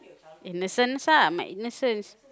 innocence lah my innocence